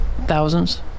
thousands